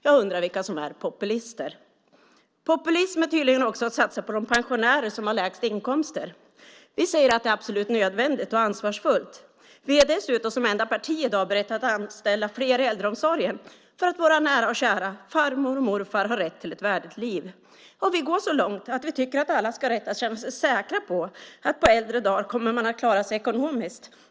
Jag undrar vilka som är populister. Populism har tydligen också satsat på de pensionärer som har lägst inkomster. Vi säger att det är absolut nödvändigt och ansvarsfullt. Vi är dessutom det enda parti i dag som är berett att anställa fler i äldreomsorgen för att våra nära och kära, farmor och morfar, har rätt till ett värdigt liv. Vi går så långt att vi tycker att alla ska ha rätt att känna sig säkra på att man på äldre dagar kommer att klara sig ekonomiskt.